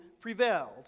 prevailed